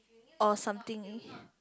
or something